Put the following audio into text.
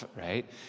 right